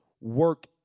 work